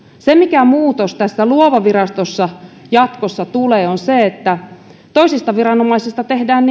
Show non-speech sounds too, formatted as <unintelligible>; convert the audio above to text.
se mikä muutos tässä luova virastossa jatkossa tulee on se että toisista viranomaisista tehdään <unintelligible>